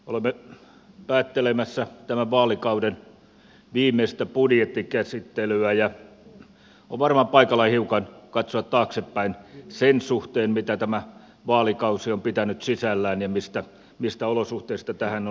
olemme päättelemässä tämän vaalikauden viimeistä budjettikäsittelyä ja on varmaan paikalla hiukan katsoa taaksepäin sen suhteen mitä tämä vaalikausi on pitänyt sisällään ja mistä olosuhteista tähän on lähdetty